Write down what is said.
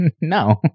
No